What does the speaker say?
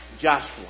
Joshua